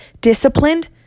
disciplined